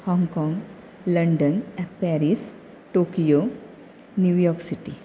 Hong Kong London एप Paris Tokyo New York city